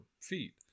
feet